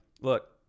look